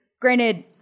granted